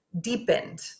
deepened